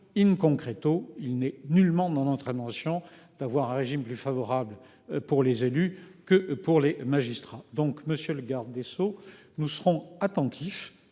in concrète au il n'est nullement mon entrée mention d'avoir un régime plus favorable pour les élus que pour les magistrats. Donc monsieur le garde des Sceaux. Nous serons attentifs,